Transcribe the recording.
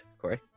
Corey